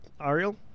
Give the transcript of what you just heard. Ariel